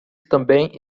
também